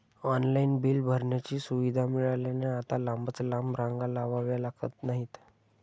online bill भरण्याची सुविधा मिळाल्याने आता लांबच लांब रांगा लावाव्या लागत नाहीत